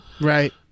right